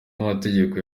amategeko